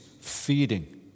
feeding